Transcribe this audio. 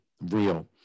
real